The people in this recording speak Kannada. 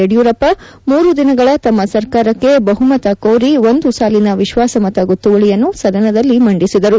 ಯಡಿಯೂರಪ್ಪ ಮೂರು ದಿನಗಳ ತಮ್ಮ ಸರ್ಕಾರಕ್ಕೆ ಬಹುಮತ ಕೋರಿ ಒಂದು ಸಾಲಿನ ವಿಶ್ವಾಸಮತ ಗೊತ್ತುವಳಿಯನ್ನು ಸದನದಲ್ಲಿ ಮಂದಿಸಿದರು